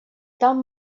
там